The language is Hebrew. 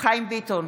חיים ביטון,